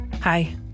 Hi